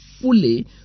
fully